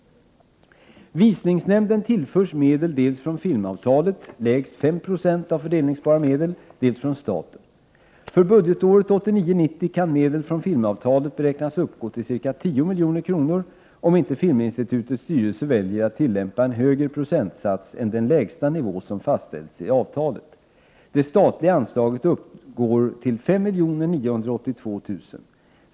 Visningsnämnden tillförs medel dels från filmavtalet , dels från staten. För budgetåret 1989/90 kan medel från filmavtalet beräknas uppgå till ca 10 milj.kr., om inte Filminstitutets styrelse väljer att tillämpa en högre procentsats än den lägsta nivå som fastställts i avtalet. Det statliga anslaget uppgår till 5 982 000 kr.